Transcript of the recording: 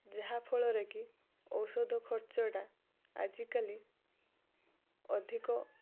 ଯାହା ଫଳରେ କି ଔଷଧ ଖର୍ଚ୍ଚଟା ଆଜିକାଲି ଅଧିକ